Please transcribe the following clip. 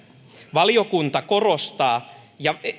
valiokunta korostaa ja